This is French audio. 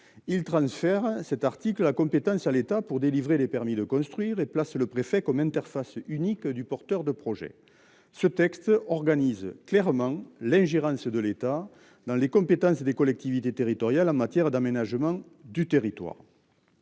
Il transfère cet article la compétence à l'état pour délivrer les permis de construire et place le préfet comme interface unique du porteur de projet. Ce texte organise clairement l'ingérence de l'État dans les compétences des collectivités territoriales en matière d'aménagement du territoire.